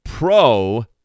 Pro